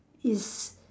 is